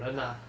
ah